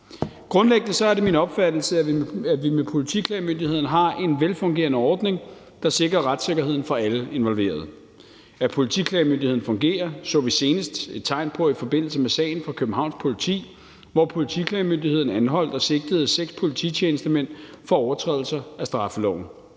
Grundlæggende er det min opfattelse, at vi med Politiklagemyndigheden har en velfungerende ordning, der sikrer retssikkerheden for alle involverede. At Politiklagemyndigheden fungerer, så vi senest et tegn på i forbindelse med sagen fra Københavns Politi, hvor Politiklagemyndigheden anholdt og sigtede seks polititjenestemænd for overtrædelser af straffeloven.